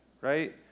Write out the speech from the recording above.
right